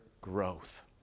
growth